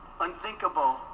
unthinkable